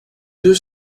deux